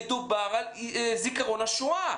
אבל מדובר על זיכרון השואה.